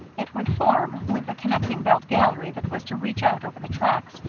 it would form, with the connecting belt gallery that was to reach out over the tracks,